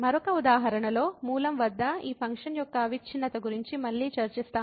మరొక ఉదాహరణలో మూలం వద్ద ఈ ఫంక్షన్ యొక్క అవిచ్ఛిన్నత గురించి మళ్ళీ చర్చిస్తాము